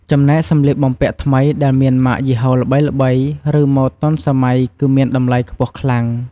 ចំណែកសម្លៀកបំពាក់ថ្មីដែលមានម៉ាកយីហោល្បីៗ ឬម៉ូដទាន់សម័យគឺមានតម្លៃខ្ពស់ខ្លាំង។